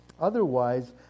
Otherwise